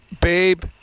Babe